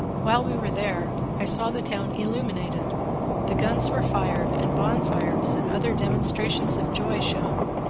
while we were there i saw the town illuminated the guns were fired, and bonfires and other demonstrations of joy shewn,